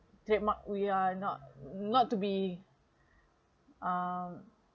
trademark we are not not to be uh